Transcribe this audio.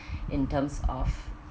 in terms of